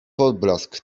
poblask